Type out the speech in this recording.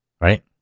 Right